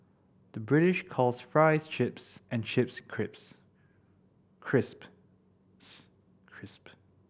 the British calls fries chips and chips crisps